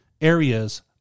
areas